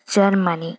Germany